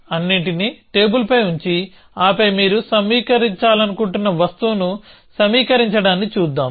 అన్నింటినీ టేబుల్పై ఉంచి ఆపై మీరు సమీకరించాలనుకుంటున్న వస్తువును సమీకరించడాన్ని చూద్దాం